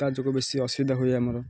ତା ଯୋଗୁଁ ବେଶୀ ଅସୁବିଧା ହୁଏ ଆମର